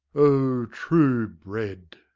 o, true bred!